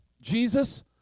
Jesus